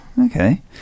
Okay